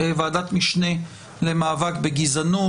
ועדת משנה למאבק בגזענות.